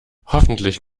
hoffentlich